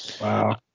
Wow